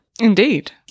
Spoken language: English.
Indeed